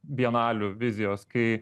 bienalių vizijos kai